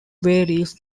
varies